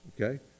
Okay